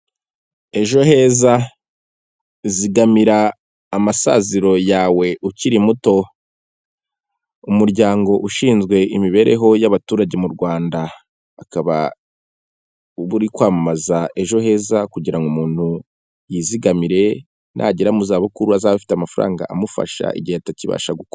Ejo heza zigamira amasaziro yawe ukiri muto, umuryango ushinzwe imibereho y'abaturage m'u Rwanda akaba buri kwamamaza ejo heza kugira ngo umuntu yizigamire nagera mu zabukuru azabe afite amafaranga amufasha igihe atakibasha guku.